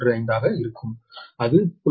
15 ஆக இருக்கும் அது 0